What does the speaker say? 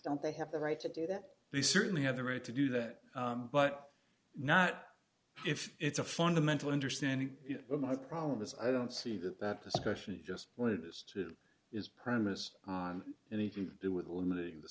don't they have the right to do that they certainly have the right to do that but not if it's a fundamental understanding my problem is i don't see that that discussion is just what it is to is premised on anything to do with limiting th